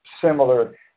similar